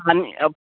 हाँ नही अब